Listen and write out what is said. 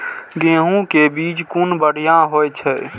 गैहू कै बीज कुन बढ़िया होय छै?